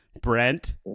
Brent